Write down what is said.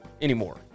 anymore